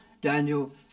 Daniel